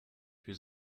für